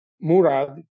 Murad